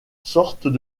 sortes